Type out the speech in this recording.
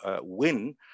win